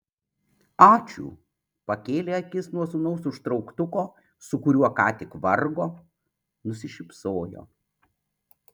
ačiū pakėlė akis nuo sūnaus užtrauktuko su kuriuo ką tik vargo nusišypsojo